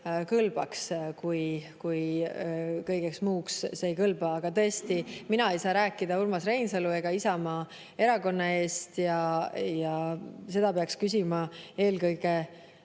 kõlbab, aga kõigeks muuks ei kõlba? Aga tõesti, mina ei saa rääkida ei Urmas Reinsalu ega Isamaa Erakonna eest. Seda peaks küsima eelkõige